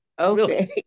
Okay